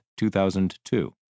2002